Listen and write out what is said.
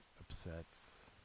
upsets